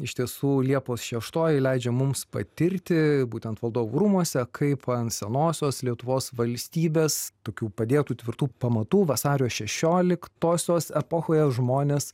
iš tiesų liepos šeštoji leidžia mums patirti būtent valdovų rūmuose kaip ant senosios lietuvos valstybės tokių padėtų tvirtų pamatų vasario šešioliktosios epochoje žmonės